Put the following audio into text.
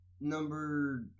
number